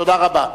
תודה רבה.